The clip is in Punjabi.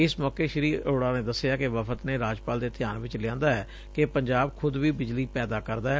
ਇਸ ਮੌਕੇ ਸ੍ਰੀ ਅਰੋੜਾ ਨੇ ਦੱਸਿਆ ਕਿ ਵਫ਼ਦ ਨੇ ਰਾਜਪਾਲ ਦੇ ਧਿਆਨ ਵਿੱਚ ਲਿਆਂਦੈ ਕਿ ਪੰਜਾਬ ਖੁਦ ਵੀ ਬਿਜਲੀ ਪੈਦਾ ਕਰਦੈ